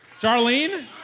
Charlene